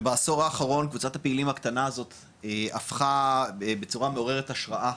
ובעשור האחרון קבוצת הפעילים הקטנה הזאת הפכה בצורה מעוררת השראה,